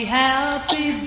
happy